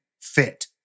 fit